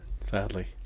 Sadly